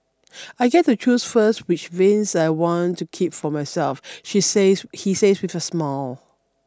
I get to choose first which vinyls I want to keep for myself she says he says with a smile